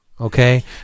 Okay